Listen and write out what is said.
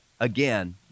Again